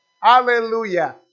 Hallelujah